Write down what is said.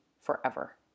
forever